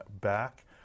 back